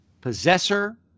Possessor